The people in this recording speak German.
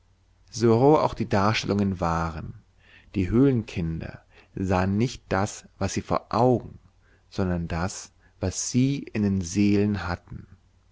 so roh auch die darstellungen waren die höhlenkinder sahen nicht das was sie vor augen sondern das was sie in den seelen hatten